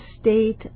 state